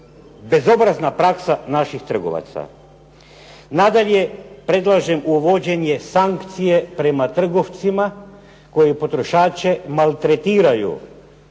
bezobrazna praksa naših trgovaca. Nadalje, predlažem uvođenje sankcije prema trgovcima koji potrošače maltretiraju